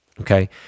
Okay